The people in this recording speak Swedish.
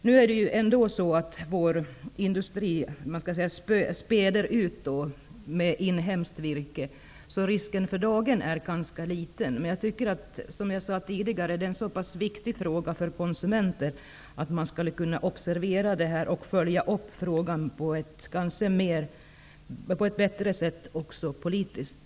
Vår svenska industri ''späder'' ju ut den totala kvantiteten virke med inhemskt sådant, så risken för dagen är ganska liten. Men frågan är så pass viktig för oss konsumenter att man bör observera denna fråga och följa upp den bättre politiskt.